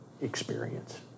experience